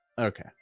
Okay